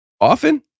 often